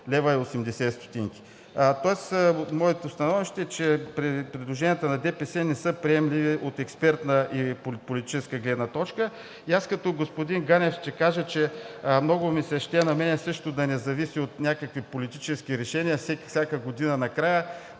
е 661,80 лв. Тоест, моето становище е, че предложенията на ДПС не са приемливи от експертна и политическа гледна точка. И аз като господин Ганев ще кажа, че на мен също много ми се ще да не зависи от някакви политически решения и всяка година накрая